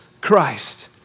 Christ